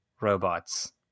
robots